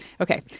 Okay